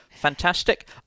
Fantastic